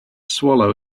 swallow